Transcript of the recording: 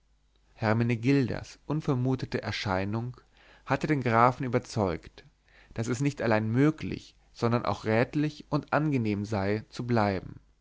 hermenegildas unvermutete erscheinung hatte den grafen überzeugt daß es nicht allein möglich sondern auch rätlich und angenehm sei zu bleiben